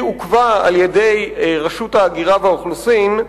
היא עוכבה על-ידי רשות ההגירה והאוכלוסין,